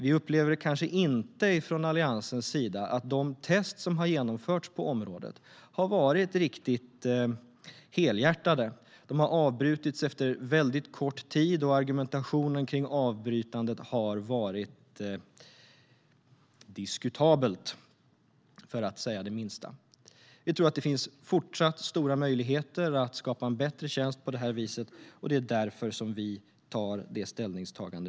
Vi upplever inte från Alliansens sida att de test som har genomförts på området har varit riktigt helhjärtade. De har avbrutits efter kort tid, och argumentationen om avbrytandet har varit diskutabelt - minst sagt. Vi tror att det även i fortsättningen finns stora möjligheter att skapa en bättre tjänst. Det är därför vi gör detta ställningstagande.